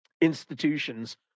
institutions